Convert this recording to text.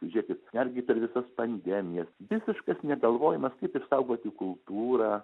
žėkit netgi per visas pandemijas visiškas negalvojimas kaip išsaugoti kultūrą